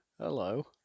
hello